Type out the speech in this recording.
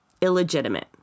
illegitimate